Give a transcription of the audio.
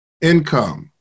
income